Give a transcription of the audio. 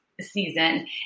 season